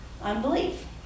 Unbelief